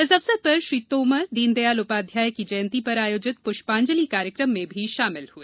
इस अवसर पर श्री तोमर दीनदयाल उपाध्याय की जयंती पर आयोजित प्ष्पांजलि कार्यक्रम में भी शामिल हुए